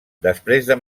després